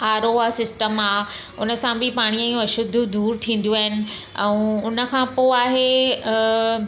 आरो आहे सिस्टम आहे उन सां बि पाणीअ जी अशुद्धियूं दूरि थींदियूं आहिनि ऐं उन खां पोइ आहे